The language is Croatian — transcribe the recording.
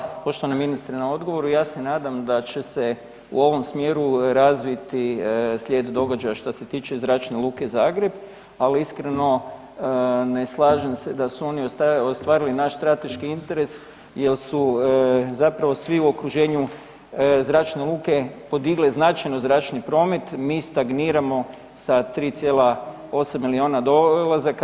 Evo, hvala poštovani ministre na odgovoru i ja se nadam da će se u ovom smjeru razviti slijed događaja šta se tiče Zračne luke Zagreb, ali iskreno ne slažem se da su oni ostvarili naš strateški interes jer su zapravo svi u okruženju zračne luke podigle značajno zračni promet, mi stagniramo sa 3,8 miliona dolazaka.